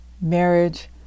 marriage